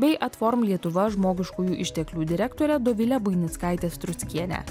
bei adform lietuva žmogiškųjų išteklių direktorę dovilę buinickaitę struckienę